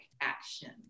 action